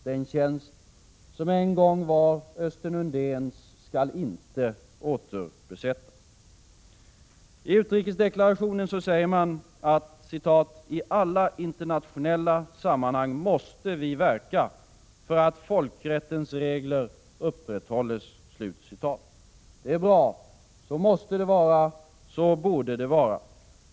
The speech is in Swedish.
Den tjänst som en gång var Östen Undéns skall inte återbesättas. I utrikesdeklarationen sägs: ”I alla internationella sammanhang måste vi verka för att folkrättens regler upprätthålls.” Det är bra. Så måste det vara. Så borde det vara.